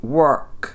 work